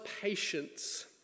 patience